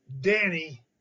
Danny